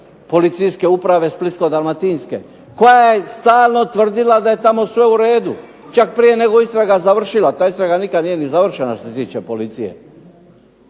Policijska uprava Splitsko-dalmatinske koja je stalno tvrdila da je tamo sve uredu, čak prije nego je istraga završila. Ta istraga nikada nije ni završena što se tiče policije.